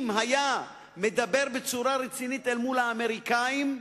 אם היה מדבר בצורה רצינית אל מול האמריקנים,